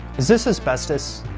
is this asbestos?